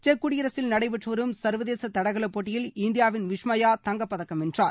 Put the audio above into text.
செக்குடியரசில் நடைபெற்று வரும் சர்வதேச தடகள போட்டியில் இந்தியாவின் விஷ்மயா தங்கப்பதக்கம் வென்றார்